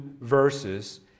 verses